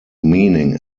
meaning